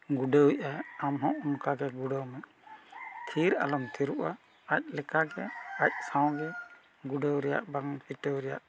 ᱜᱩᱰᱟᱹᱣᱮᱜᱼᱟ ᱟᱢ ᱦᱚᱸ ᱚᱱᱠᱟ ᱜᱮ ᱜᱩᱰᱟᱹᱣ ᱢᱮ ᱛᱷᱤᱨ ᱟᱞᱚᱢ ᱛᱷᱤᱨᱳᱜᱼᱟ ᱟᱡ ᱞᱮᱠᱟᱜᱮ ᱟᱡ ᱥᱟᱶᱜᱮ ᱜᱩᱰᱟᱹᱣ ᱨᱮᱱᱟᱜ ᱵᱟᱝ ᱯᱷᱤᱴᱟᱹᱣ ᱨᱮᱱᱟᱜ